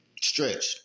stretch